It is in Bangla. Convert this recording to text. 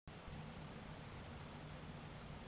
কলা গাহাচের ফুল বা মচা আলেদা আলেদা কাজে লাগে